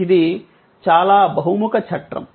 ఇది చాలా బహుముఖ చట్రం